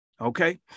Okay